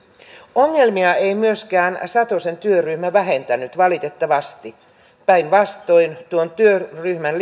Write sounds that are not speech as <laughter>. ongelmia ei myöskään satosen työryhmä vähentänyt valitettavasti päinvastoin tuon työryhmän <unintelligible>